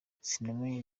sinamenye